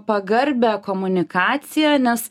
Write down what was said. pagarbią komunikaciją nes